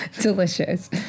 delicious